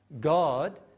God